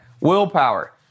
willpower